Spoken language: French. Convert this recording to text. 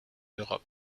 europe